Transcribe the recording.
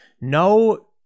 no